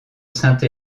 sainte